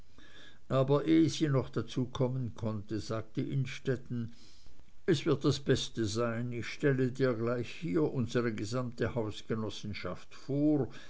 aber ehe sie noch dazu kommen konnte sagte innstetten es wird das beste sein ich stelle dir gleich hier unsere gesamte hausgenossenschaft vor